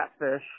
catfish